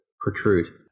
protrude